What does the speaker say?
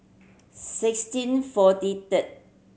sixteen forty third